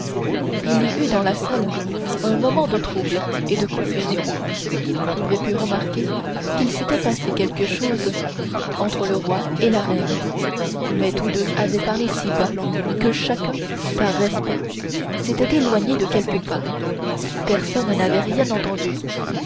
il y eut dans la salle un moment de trouble et de confusion tout le monde avait pu remarquer qu'il s'était passé quelque chose entre le roi et la reine mais tous deux avaient parlé si bas que chacun par respect s'étant éloigné de quelques pas personne n'avait rien entendu